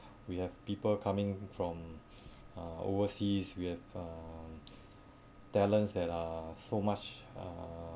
we have people coming from uh overseas we have uh talents that are so much uh